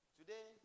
Today